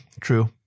True